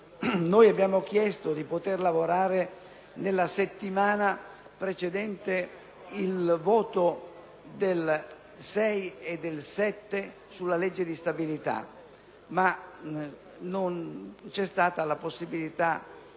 Noi abbiamo chiesto di poter lavorare nella settimana precedente il voto del 6 e del 7 dicembre sulla legge di stabilità, ma non vi è stata la possibilità